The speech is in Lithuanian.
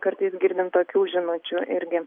kartais girdim tokių žinučių irgi